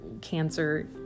cancer